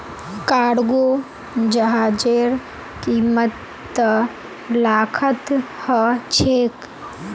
cargo जहाजेर कीमत त लाखत ह छेक